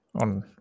on